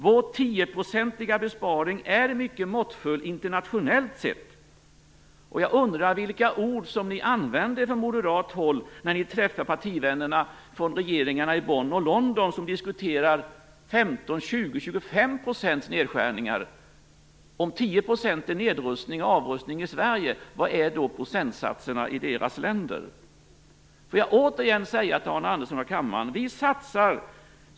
Vår 10-procentiga besparing är mycket måttfull internationellt sett. Jag undrar vilka ord ni moderater använder när ni träffar partivännerna från regeringarna i Bonn och London, som diskuterar nedskärningar på 15 %, 20 % och 25 %. Om 10 % är nedrustning och avrustning i Sverige, vad är då procentsatserna i deras länder? Jag vill återigen säga till Arne Andersson och till kammaren att vi satsar - dvs.